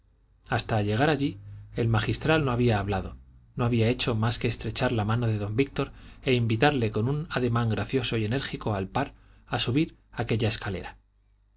hasta llegar allí el magistral no había hablado no había hecho más que estrechar la mano de don víctor e invitarle con un ademán gracioso y enérgico al par a subir aquella escalera